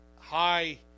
high